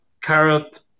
carrot